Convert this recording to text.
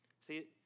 See